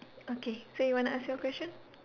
okay so you want to ask your question